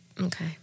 Okay